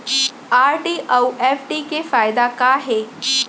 RD अऊ FD के फायेदा का हे?